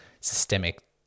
systemic